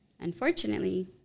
unfortunately